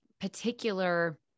particular